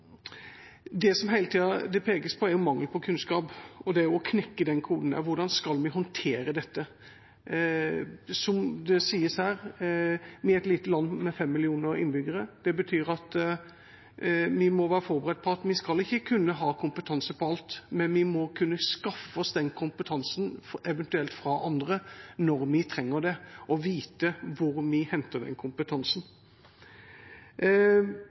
Det som det hele tida pekes på, er jo mangel på kunnskap og det å knekke den koden, hvordan vi skal håndtere dette. Som det sies her, er vi et lite land, med 5 millioner innbyggere. Det betyr at vi må være forberedt på at vi ikke skal kunne ha kompetanse på alt, men vi må kunne skaffe oss den kompetansen, eventuelt fra andre, når vi trenger det, og vite hvor vi henter den kompetansen.